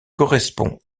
correspond